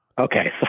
okay